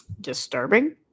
disturbing